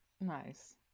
Nice